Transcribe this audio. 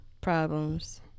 problems